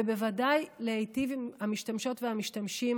ובוודאי להיטיב עם המשתמשות והמשתמשים,